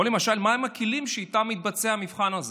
או למשל, מהם הכלים שאיתם מתבצע המבחן הזה?